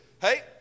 hey